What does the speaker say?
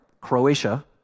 Croatia